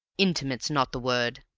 intimate's not the word.